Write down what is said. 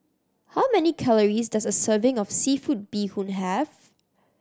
how many calories does a serving of seafood bee hoon have